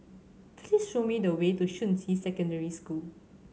please show me the way to Shuqun Secondary School